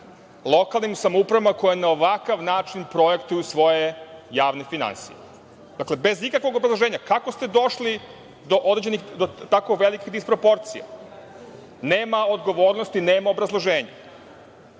lokalnim samoupravama koje na ovakav način projektuju svoje javne finansije. Dakle, bez ikakvog obrazloženje, kako ste došli do tako velikih disproporcija? Nema odgovornosti, nema obrazloženja. Ima